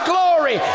Glory